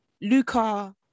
Luca